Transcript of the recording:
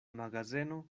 magazeno